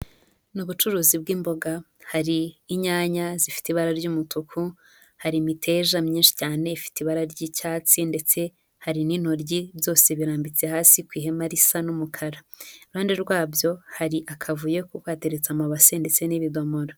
Ni ubucuruzi bw'imboga, hari inyanya zifite ibara ry'umutuku, hari imiteja myinshi cyane ifite ibara ry'icyatsi ndetse hari n'intoryi byose birambitse hasi ku ihema risa n'umukara, iruhande rwabyo hari akavuyo kuko hateretse amabase ndetse n'ibidomoro.